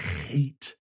hate